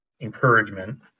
encouragement